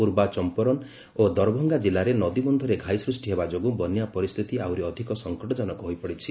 ପୂର୍ବ ଚମ୍ପାରନ୍ ଓ ଦରଭଙ୍ଗା ଜିଲ୍ଲାରେ ନଦୀବନ୍ଧରେ ଘାଇ ସୃଷ୍ଟି ହେବା ଯୋଗୁଁ ବନ୍ୟା ପରିସ୍ଥିତି ଆହୁରି ଅଧିକ ସଂକଟଜନକ ହୋଇପଡ଼ିଛି